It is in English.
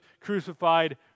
crucified